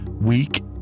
weak